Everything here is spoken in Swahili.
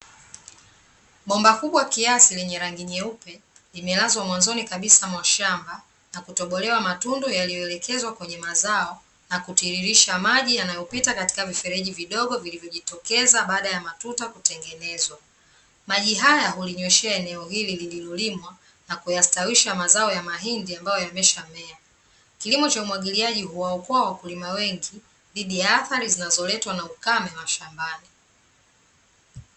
Bomba kubwa kiasi lenye rangi nyeupe, limelazwa mwanzoni kabisa mwa shamba na kutobolewa matundu yaliyoelekezwa kwenye mazao na kutiririsha maji yanayopita katika vifereji vidogo vilivyojitokeza baada ya matuta kutengenezwa. Maji haya hulinyweshea eneo hili lililolimwa, na kuyastawisha mazao ya mahindi ambayo yameshamea. Kilimo cha umwagiliaji huwaokoa wakulima wengi, dhidi ya athari zinazoletwa na ukame mashambani.